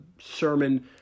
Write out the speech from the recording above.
sermon